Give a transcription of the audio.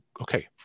okay